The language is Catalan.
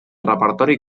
repertori